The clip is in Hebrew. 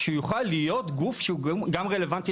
שהוא יוכל להיות גוף שהוא גם רלוונטי